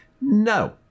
No